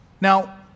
Now